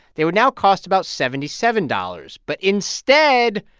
they would now cost about seventy seven dollars. but instead,